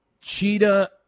Cheetah